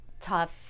tough